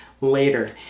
later